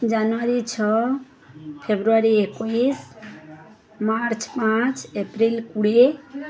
ଜାନୁଆରୀ ଛଅ ଫେବୃଆରୀ ଏକୋଇଶ ମାର୍ଚ୍ଚ ପାଞ୍ଚ ଏପ୍ରିଲ କୁଡ଼ିଏ